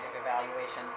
evaluations